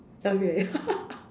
okay